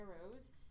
arrows